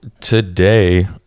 today